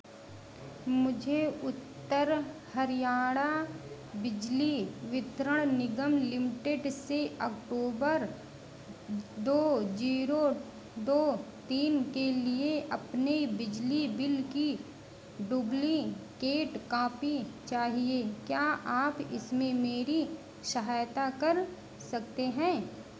मुझे उत्तर हरियाणा बिजली वितरण निगम लिमटेड से अक्टूबर दो जीरो दो तीन के लिए अपनी बिजली बिल की डूब्लीकेट कांपी चाहिए क्या आप इसमें मेरी सहायता कर सकते हैं